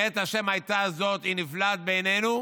"מאת ה' היתה זאת היא נפלאת בעינינו".